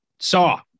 saw